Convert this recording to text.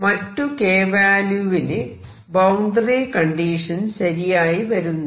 മറ്റു k വാല്യൂവിനു boundary condition ശരിയായി വരുന്നില്ല